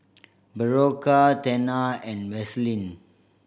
Berocca Tena and Vaselin